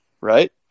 right